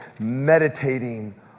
meditating